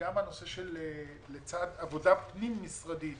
לצד עבודה פנים משרדית